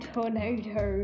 Tornado